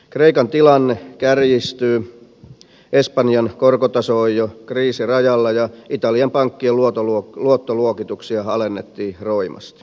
kreikan tilanne kärjistyy espanjan korkotaso on jo kriisirajalla ja italian pankkien luottoluokituksia alennettiin roimasti